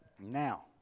Now